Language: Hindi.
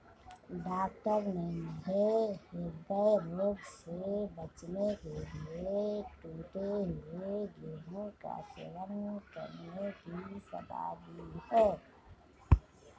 डॉक्टर ने मुझे हृदय रोग से बचने के लिए टूटे हुए गेहूं का सेवन करने की सलाह दी है